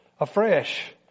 afresh